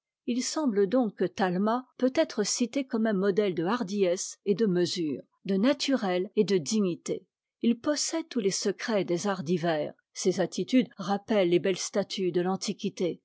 me semble donc que talma peut être cité comme un modèle de hardiesse et de mesure de naturel et de dignité h possède tous les secrets des arts divers ses attitudes rappellent les belles statues de l'antiquité